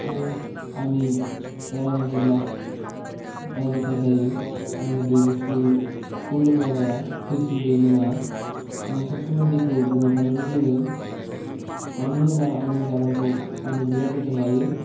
आरो आंनि गाराङा जेब्ला गाज्रिथार जायो आङो दै गुसुखौ लोंलाबाया प्रिजनि दै लोङा आङो सबसमाय दैखौ गुदुं खालामनानै लोङो मानो होनोब्ला आंनि गारांखौ आङो बिराद जोथोन लायो